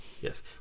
Yes